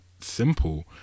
simple